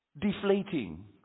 deflating